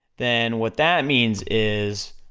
then what that means is,